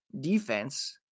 defense